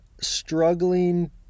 struggling